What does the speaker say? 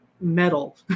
metal